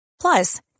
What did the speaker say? Plus